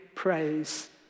Praise